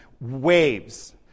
waves